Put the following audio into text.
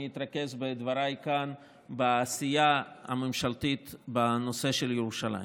אני אתרכז בדבריי כאן בעשייה הממשלתית בנושא של ירושלים.